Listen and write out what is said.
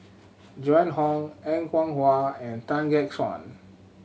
Joan Hon Er Kwong Wah and Tan Gek Suan